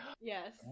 Yes